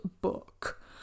book